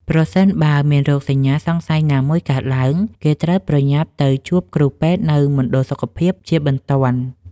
ប្រសិនបើមានរោគសញ្ញាសង្ស័យណាមួយកើតឡើង គេត្រូវប្រញាប់ទៅជួបគ្រូពេទ្យនៅមណ្ឌលសុខភាពជាបន្ទាន់។